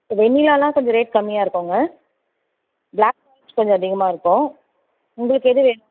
வெண்ணிலாலாம் கொஞ்சம் ரேட் கம்மியாக இருக்குதுங்க ப்ளாக் கொஞ்சம் அதிகமாக இருக்கும் உங்களுக்கு எது வேணும்